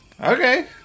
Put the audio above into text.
Okay